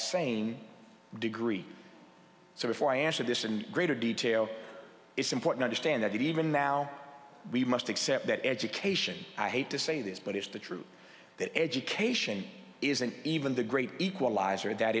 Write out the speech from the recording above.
same degree so before i answer this in greater detail it's important to stand that even now we must accept that education i hate to say this but it's the truth that education isn't even the great equalizer that